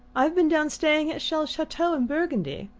i've been down staying at chelles' chateau in burgundy.